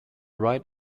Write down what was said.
right